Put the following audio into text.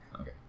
Okay